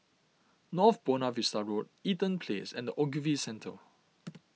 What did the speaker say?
North Buona Vista Road Eaton Place and the Ogilvy Centre